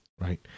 right